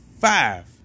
five